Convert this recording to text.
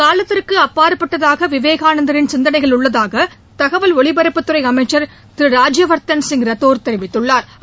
காலத்திற்கு அப்பாற்பட்டதாக விவேகானந்தரின் சிந்தனைகள் உள்ளதாக தகவல் ஒலிபரப்புத்துறை அமைச்சா் திரு ராஜ்ய வாத்தன் சிங் ரத்தோா் தெரிவித்துள்ளாா்